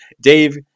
Dave